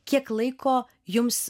kiek laiko jums